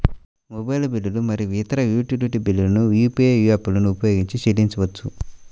mobile బిల్లులు మరియు ఇతర యుటిలిటీ బిల్లులను యూ.పీ.ఐ యాప్లను ఉపయోగించి చెల్లించవచ్చు